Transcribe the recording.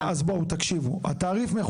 תעריף לשעה, אז בואו, תקשיבו.